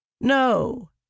No